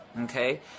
okay